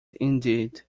indeed